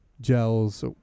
gels